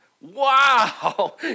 wow